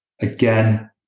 again